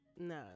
no